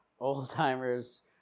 old-timers